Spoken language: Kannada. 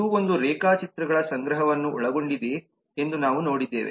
ಇದು ಒಂದು ರೇಖಾಚಿತ್ರಗಳ ಸಂಗ್ರಹವನ್ನು ಒಳಗೊಂಡಿದೆ ಎಂದು ನಾವು ನೋಡಿದ್ದೇವೆ